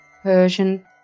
Persian